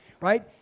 right